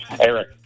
Eric